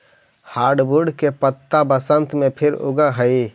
hardwood के पत्त्ता बसन्त में फिर उगऽ हई